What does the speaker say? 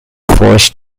forced